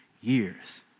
years